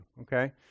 okay